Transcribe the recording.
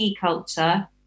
culture